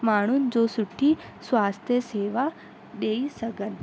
माण्हुनि जो सुठी स्वास्थ्य सेवा ॾेई सघनि